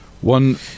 One